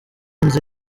nzi